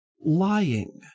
lying